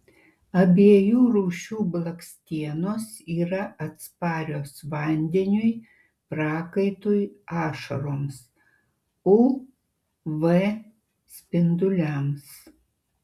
abiejų rūšių blakstienos yra atsparios vandeniui prakaitui ašaroms uv spinduliams